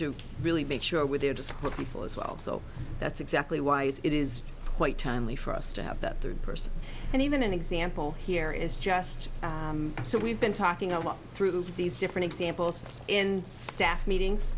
to really make sure we're there to support the people as well so that's exactly why is it is quite timely for us to have that third person and even an example here is just so we've been talking a lot through these different examples in staff meetings